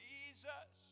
Jesus